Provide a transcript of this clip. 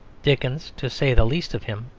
dickens, to say the least of him,